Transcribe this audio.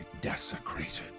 desecrated